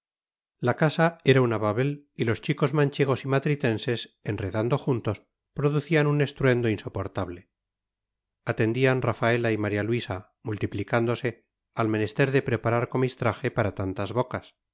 la casa era una babel y los chicos manchegos y matritenses enredando juntos producían un estruendo insoportable atendían rafaela y maría luisa multiplicándose al menester de preparar comistraje para tantas bocas